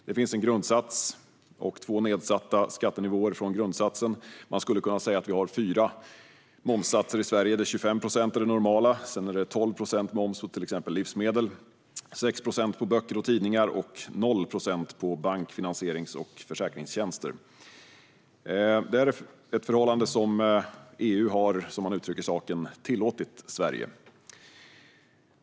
Det finns en grundsats och två nedsatta skattenivåer i förhållande till grundsatsen. Man skulle kunna säga att vi har fyra momssatser i Sverige, där 25 procent är det normala. Sedan är det 12 procent på till exempel livsmedel, 6 procent på böcker och tidningar och 0 procent på bank, finansierings och försäkringstjänster. Det är ett förhållande som EU, som man uttrycker saken, har tillåtit Sverige.